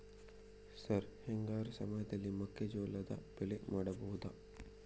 Sir ಹಿಂಗಾರು ಸಮಯದಲ್ಲಿ ಮೆಕ್ಕೆಜೋಳದ ಬೆಳೆ ಮಾಡಬಹುದಾ?